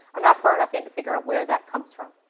um not far enough in to figure out where that comes from.